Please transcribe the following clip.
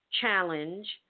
challenge